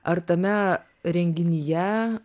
ar tame renginyje